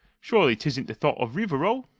surely t isn't the thought of rivarol!